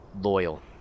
loyal